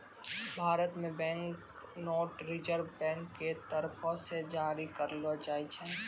भारत मे bank note reserve bank के तरफो से जारी करलो जाय छै